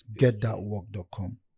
getthatwork.com